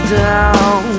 down